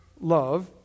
love